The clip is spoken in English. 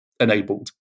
enabled